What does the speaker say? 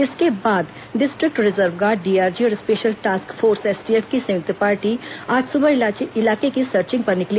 इसके बाद district reserve guard DRG और स्पेशल टॉस्क फोर्स एसटीएफ की संयुक्त पार्टी आज सुबह इलाके की सर्चिंग पर निकली